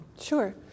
Sure